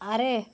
ᱟᱨᱮ